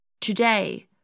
Today